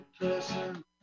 person